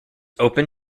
open